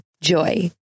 Joy